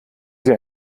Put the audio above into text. sie